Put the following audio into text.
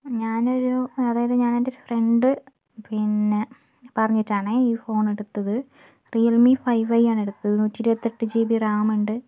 ഞാനൊരു അതായത് ഞാനെന്റെ ഫ്രണ്ട് പിന്നെ പറഞ്ഞിട്ടാണ് ഈ ഫോണെടുത്തത് റിയൽമി ഫൈവ് ഐ ആണ് എടുത്തത് നൂറ്റിയിരുപത്തെട്ട് ജി ബി റാം ഉണ്ട്